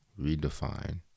redefine